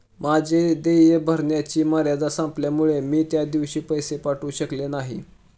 माझे देय भरण्याची मर्यादा संपल्यामुळे मी त्या दिवशी पैसे पाठवू शकले नाही